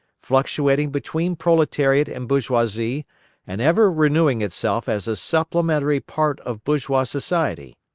fluctuating between proletariat and bourgeoisie and ever renewing itself as a supplementary part of bourgeois society.